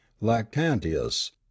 Lactantius